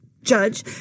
judge